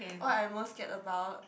what I'm most scared about